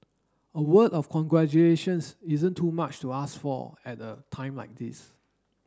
a word of congratulations isn't too much to ask for at a time like this